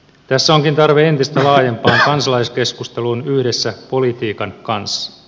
tässä onkin tarve entistä laajempaan kansalaiskeskusteluun yhdessä politiikan kanssa